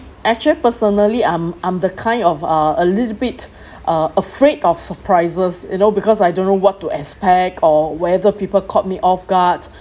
actual personally I'm I'm the kind of uh a little bit uh afraid of surprises you know because I don't know what to expect or whether people caught me off guard